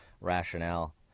rationale